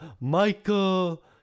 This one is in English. Michael